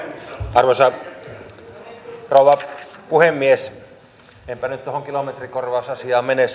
arvoisa rouva puhemies enpä nyt tuohon kilometrikorvausasiaan mene